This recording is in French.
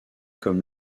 comme